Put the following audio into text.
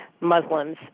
Muslims